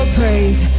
praise